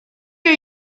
are